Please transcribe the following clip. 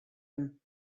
him